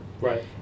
Right